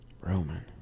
Roman